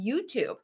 YouTube